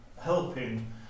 helping